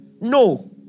No